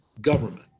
government